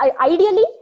ideally